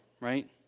right